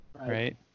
right